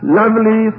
lovely